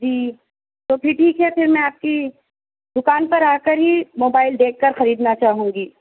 جی تو پھر ٹھیک ہے پھر میں آپ کی دکان پر آ كر ہی موبائل دیکھ کر خریدنا چاہوں گی